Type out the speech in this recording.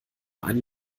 einen